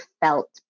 felt